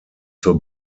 zur